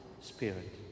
Spirit